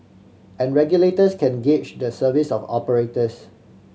and regulators can gauge the service of operators